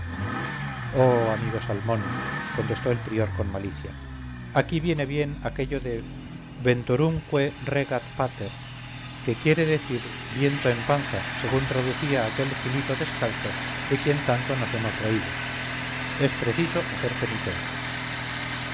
oh amigo salmón contestó el prior con malicia aquí viene bien aquello deventorumque regat pater que quiere decir viento en panza según traducía aquel gilito descalzo de quien tanto nos hemos reído es preciso hacer penitencia